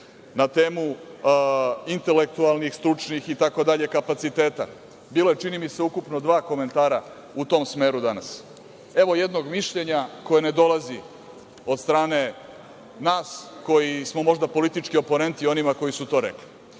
temu intelektualnih, stručnih itd, kapaciteta, bilo je čini mi se, ukupno dva komentara u tom smeru danas. Evo, jednog mišljenja koje ne dolazi od strane nas koji smo možda politički oponenti onima koji su to rekli,